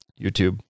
youtube